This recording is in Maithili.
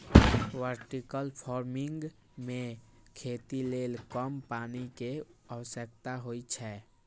वर्टिकल फार्मिंग मे खेती लेल कम पानि के आवश्यकता होइ छै